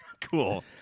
Cool